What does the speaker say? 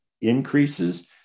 increases